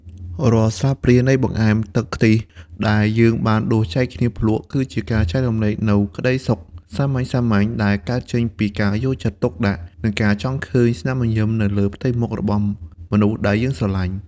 រាល់ស្លាបព្រានៃបង្អែមទឹកខ្ទិះដែលយើងដួសចែកគ្នាភ្លក់ គឺជាការចែករំលែកនូវក្ដីសុខសាមញ្ញៗដែលកើតចេញពីការយកចិត្តទុកដាក់ និងការចង់ឃើញស្នាមញញឹមនៅលើផ្ទៃមុខរបស់មនុស្សដែលយើងស្រឡាញ់។